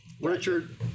richard